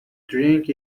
drink